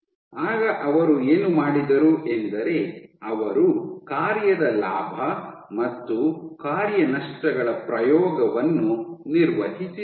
ಆಗ ಅವರು ಏನು ಮಾಡಿದರು ಎಂದರೆ ಅವರು ಕಾರ್ಯದ ಲಾಭ ಮತ್ತು ಕಾರ್ಯ ನಷ್ಟಗಳ ಪ್ರಯೋಗವನ್ನು ನಿರ್ವಹಿಸಿದರು